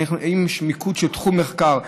האם יש מיקוד בתחום מחקר,